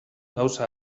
gauza